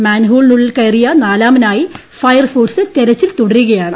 മാൻഹോളിനുള്ളിൽ ക്യറിയ നാലാമനായി ഫയർഫോഴ്സ് തെരച്ചിൽ തുടരുകയാണ്